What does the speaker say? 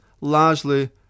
Largely